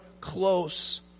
close